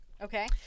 Okay